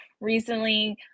recently